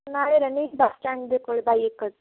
ਨਾਲ ਰਹਿੰਦੀ bus stand ਦੇ ਕੋਲ ਬਾਈ ਏਕੜ 'ਚ